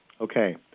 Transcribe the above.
Okay